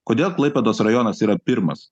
kodėl klaipėdos rajonas yra pirmas